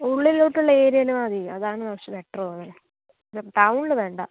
ഉള്ളിലോട്ടുള്ള ഏരിയയിൽ മതി അതാണ് കുറച്ചു ബെറ്റർ തോന്നുന്നത് ടൗണിൽ വേണ്ട